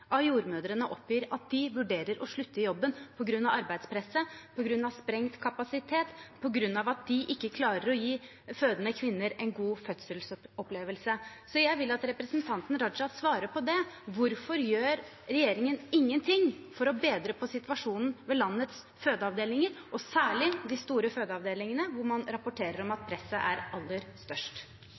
av jordmødrene oppgir at de vurderer å slutte i jobben på grunn av arbeidspresset, på grunn av sprengt kapasitet, på grunn av at de ikke klarer å gi fødende kvinner en god fødselsopplevelse. Jeg vil at representanten Raja svarer på det: Hvorfor gjør regjeringen ingen ting for å bedre på situasjonen ved landets fødeavdelinger, og særlig de store fødeavdelingene, der man rapporterer om at presset er aller størst?